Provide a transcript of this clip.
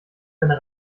deine